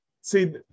See